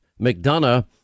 McDonough